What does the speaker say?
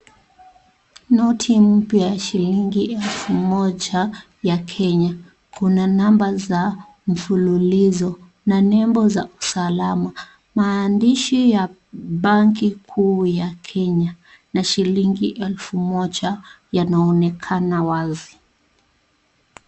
Noti mpya ya shilingi elfu moja, ya kenya, kuna namba za mfululizo na nembo za usalama. Maandishi ya banki kuu ya kenya, na shilingi elfu moja yanaonekana wazi.